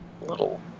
little